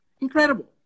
Incredible